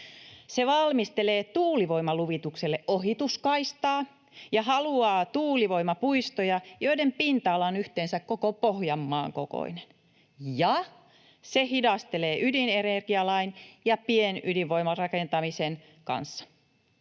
Se valmistelee tuulivoimaluvitukselle ohituskaistaa ja haluaa tuulivoimapuistoja, joiden pinta-ala on yhteensä koko Pohjanmaan kokoinen, ja se hidastelee ydinenergialain ja pienydinvoiman rakentamisen kanssa.